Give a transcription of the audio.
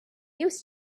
used